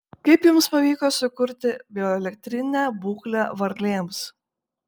kaip jums pavyko sukurti bioelektrinę būklę varlėms